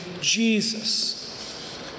Jesus